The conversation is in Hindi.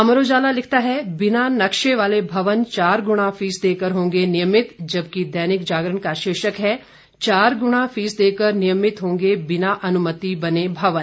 अमर उजाला लिखता है बिना नक्शे वाले भवन चार गुणा फीस देकर होंगे नियमित जबकि दैनिक जागरण का शीर्षक है चार गुणा फीस देकर नियमित होंगे बिना अनुमति बने भवन